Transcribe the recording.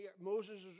Moses